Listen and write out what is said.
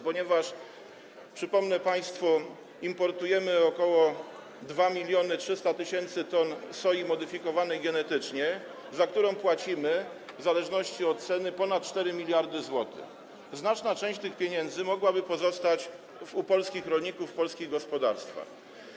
Przypomnę państwu, że importujemy ok. 2300 tys. t soi modyfikowanej genetycznie, za którą płacimy w zależności od ceny ponad 4 mld zł, a znaczna część tych pieniędzy mogłaby pozostać u polskich rolników w polskich gospodarstwach.